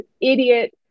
idiot